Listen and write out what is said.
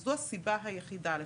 זו הסיבה היחידה לכך.